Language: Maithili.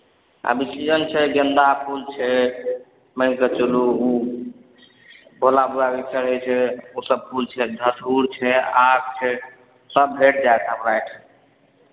अभी सीजन छै गेन्दा फूल छै मानि कऽ चलू भोला बाबाकेँ चढ़ै छै ओसभ फूल छै धथूर छै आक छै सभ भेट जायत हमरा एहिठाम